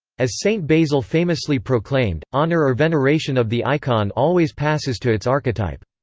as saint basil famously proclaimed, honour or veneration of the icon always passes to its archetype.